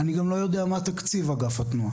אני גם לא יודע מה תקציב אגף התנועה,